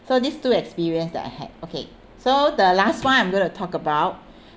so these two experience that I had okay so the last one I'm going to talk about